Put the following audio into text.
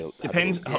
Depends